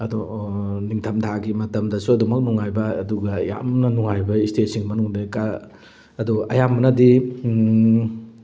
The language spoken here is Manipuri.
ꯑꯗꯣ ꯅꯤꯡꯊꯝꯊꯥꯒꯤ ꯃꯇꯝꯗꯁꯨ ꯑꯗꯨꯃꯛ ꯅꯨꯡꯉꯥꯏꯕ ꯑꯗꯨꯒ ꯌꯥꯝꯅ ꯅꯨꯡꯉꯥꯏꯕ ꯏꯁꯇꯦꯠꯁꯤꯒꯤ ꯃꯅꯨꯡꯗ ꯑꯗꯣ ꯑꯌꯥꯝꯕꯅꯗꯤ